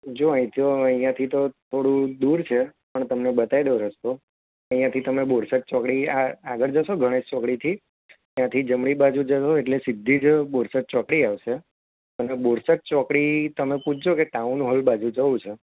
જો અહીંથી ઓ અહીંયાથી તો થોડું દૂર છે પણ તમને બતાવી દઉં રસ્તો અહીંયાથી તમે બોરસદ ચોકડી આ આગળ જશો ગણેશ ચોકડીથી ત્યાંથી જમણી બાજુ જશો એટલે સીધી જ બોરસદ ચોકડી આવશે અને બોરસદ ચોકડી તમે પૂછજો કે ટાઉન હૉલ બાજુ જવું છે